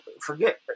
forget